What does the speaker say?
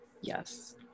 Yes